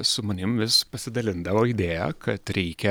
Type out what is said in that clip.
su manim vis pasidalindavo idėja kad reikia